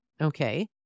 Okay